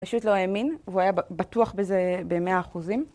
פשוט לא האמין, והוא היה בטוח בזה ב-100%.